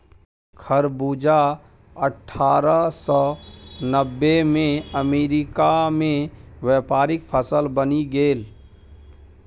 खरबूजा अट्ठारह सौ नब्बेमे अमेरिकामे व्यापारिक फसल बनि गेल